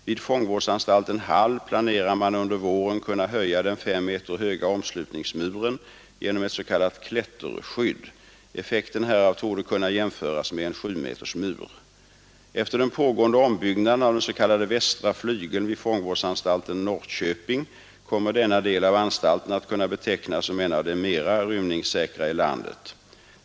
Vid fångvårdsanstalten Hall planerar man under våren kunna höja den fem meter höga omslutningsmuren genom ett s.k. klätterskydd. Effekten härav torde kunna jämföras med en sjumetersmur. Efter den pågående ombyggnaden av den s.k. västra flygeln vid fångvårdsanstalten i Norrköping kommer denna del av anstalten att kunna betecknas som en av de mera rymningssäkra i landet.